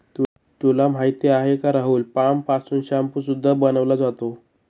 तुला माहिती आहे का राहुल? पाम पासून शाम्पू सुद्धा बनवला जातो